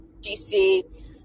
DC